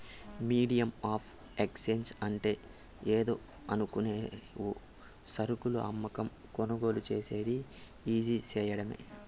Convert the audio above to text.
medium of exchange అంటే ఏందో అనుకునేవు సరుకులు అమ్మకం, కొనుగోలు సేసేది ఈజీ సేయడమే